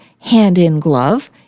hand-in-glove